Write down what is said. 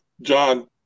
John